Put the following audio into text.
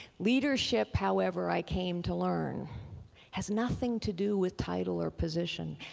leadership, however, i came to learn has nothing to do with title or position.